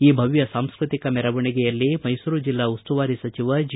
ಈ ಭವ್ಯ ಸಾಂಸ್ಟತಿಕ ಮೆರವಣಿಗೆಯಲ್ಲಿ ಮೈಸೂರು ಜಿಲ್ಲಾ ಉಸ್ತುವಾರಿ ಸಚಿವ ಜಿ